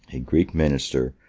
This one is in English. a greek minister,